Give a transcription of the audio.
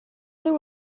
there